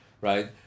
right